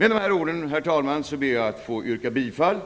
Med dessa ord, herr talman, ber jag att få yrka bifall